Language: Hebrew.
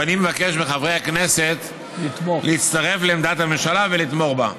ואני מבקש מחברי הכנסת להצטרף לעמדת הממשלה ולתמוך בה.